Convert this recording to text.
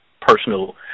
personal